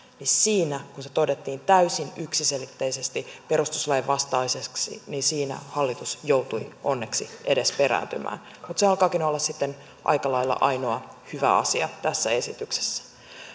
kun se todettiin täysin yksiselitteisesti perustuslain vastaiseksi hallitus joutui onneksi edes siinä perääntymään mutta se alkaakin olla sitten aika lailla ainoa hyvä asia tässä esityksessä oikeastaan